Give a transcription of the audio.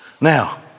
Now